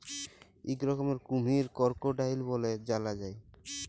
ইক রকমের কুমহির করকোডাইল ব্যলে জালা যায়